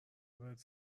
بهت